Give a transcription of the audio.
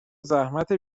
زحمت